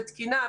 בתקינה,